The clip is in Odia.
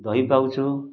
ଦହି ପାଉଛୁ